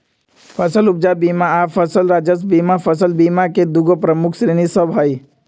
फसल उपजा बीमा आऽ फसल राजस्व बीमा फसल बीमा के दूगो प्रमुख श्रेणि सभ हइ